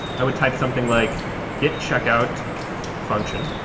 i would type something like git checkout function.